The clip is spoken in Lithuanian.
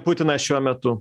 putinas šiuo metu